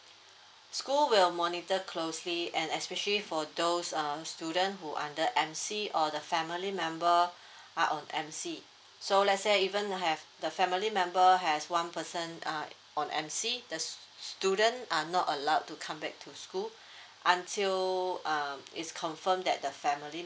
school will monitor closely and especially for those uh student who under M_C or the family member are on M_C so let's say even uh have the family member has one person uh on M_C the s~ student are not allowed to come back to school until um it's confirm that the family